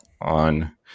on